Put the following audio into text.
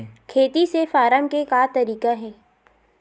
खेती से फारम के का तरीका हे?